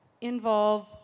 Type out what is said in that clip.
involve